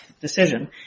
decision